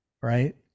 Right